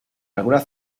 algunas